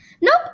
Nope